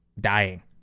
dying